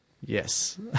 Yes